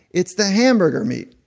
it's the hamburger meat.